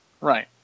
right